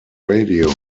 radio